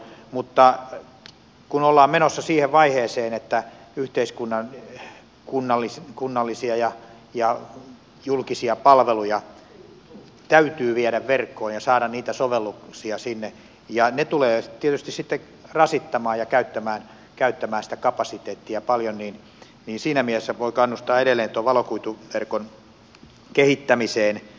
mutta kun ollaan menossa siihen vaiheeseen että yhteiskunnallisia ja julkisia palveluja täytyy viedä verkkoon ja saada niitä sovelluksia sinne ja ne tulevat tietysti sitten rasittamaan ja käyttämään sitä kapasiteettia paljon niin siinä mielessä voi kannustaa edelleen tuon valokuituverkon kehittämiseen